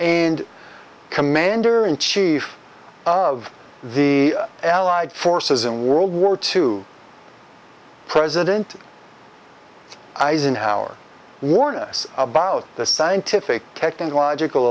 and commander in chief of the allied forces in world war two president eisenhower warned us about the scientific technological